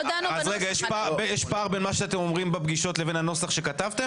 אז יש פער בין מה שאתם אומרים בפגישות לבין הנוסח שכתבתם?